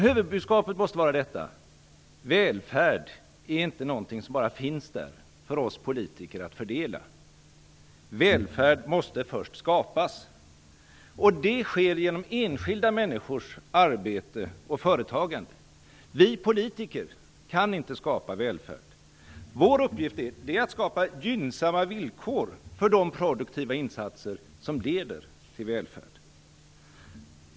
Huvudbudskapet måste vara detta: Välfärd är inte någonting som bara finns där för oss politiker att fördela. Välfärd måste först skapas. Det sker genom enskilda människors arbete och företagande. Vi politiker kan inte skapa välfärd. Vår uppgift är att skapa gynnsamma villkor för de produktiva insatser som leder till välfärd.